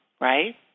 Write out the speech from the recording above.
right